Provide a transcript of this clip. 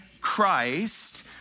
Christ